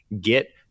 get